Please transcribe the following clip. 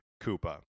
Koopa